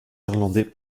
irlandais